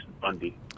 Bundy